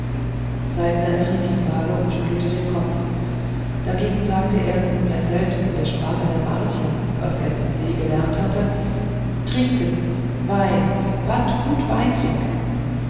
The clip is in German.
saltner erriet die frage und schüttelte den kopf dagegen sagte er nunmehr selbst in der sprache der martier was er von se gelernt hatte trinken wein bat gut wein trinken